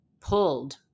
pulled